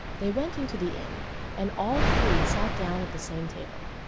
they went into the inn and all three sat down at the same table.